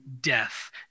death